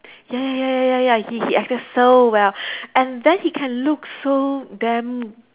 ya ya ya ya ya he he acted so well and then he can look so damn